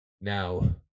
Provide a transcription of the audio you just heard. Now